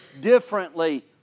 differently